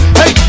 hey